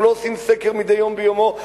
אנחנו לא עושים סקר מדי יום ביומו,